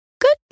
Good